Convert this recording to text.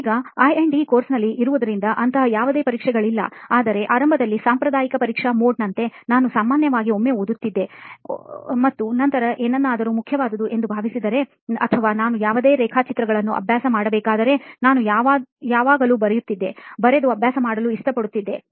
ಈಗ I E courseನಲ್ಲಿ ಇರುವುದರಿಂದ ಅಂತಹ ಯಾವುದೇ ಪರೀಕ್ಷೆಗಳಿಲ್ಲ ಆದರೆ ಆರಂಭದಲ್ಲಿ ಸಾಂಪ್ರದಾಯಿಕ ಪರೀಕ್ಷಾ mode ನಂತೆ ನಾನು ಸಾಮಾನ್ಯವಾಗಿ ಒಮ್ಮೆ ಓದುತ್ತೇನೆ ಮತ್ತು ನಂತರ ಏನಾದರೂ ಮುಖ್ಯವಾದುದು ಎಂದು ಭಾವಿಸಿದರೆ ಅಥವಾ ನಾನು ಯಾವುದೇ ರೇಖಾಚಿತ್ರಗಳನ್ನು ಅಭ್ಯಾಸ ಮಾಡಬೇಕಾದರೆ ನಾನು ಯಾವಾಗಲೂ ಬರೆಯುತ್ತಿದೆ ಬರೆದು ಅಭ್ಯಾಸ ಮಾಡಲು ಇಷ್ಟಪಡುತ್ತಿದೆ